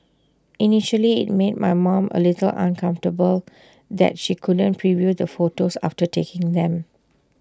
initially IT made my mom A little uncomfortable that she couldn't preview the photos after taking them